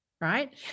right